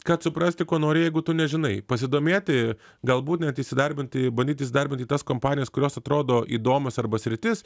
kad suprasti ko nori jeigu tu nežinai pasidomėti galbūt net įsidarbinti bandyti įsidarbinti į tas kompanijas kurios atrodo įdomios arba sritis